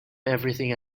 everything